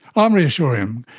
um reassuring them.